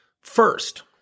First